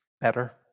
better